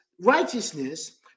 Righteousness